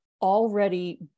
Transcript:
already